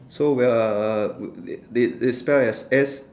so we are we they they they spell as S